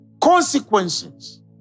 consequences